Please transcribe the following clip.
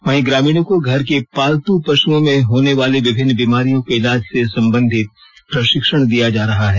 वहीं ग्रामीणों को घर की पालतू पशुओं में होने वाली विभिन्न बीमारियों के ईलाज से संबंधित प्रशिक्षण दिया जा रहा है